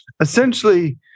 essentially